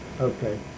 Okay